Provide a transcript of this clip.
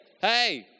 Hey